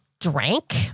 drank